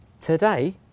Today